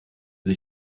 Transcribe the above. sie